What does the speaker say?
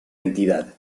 entidad